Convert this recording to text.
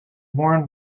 worn